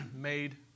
made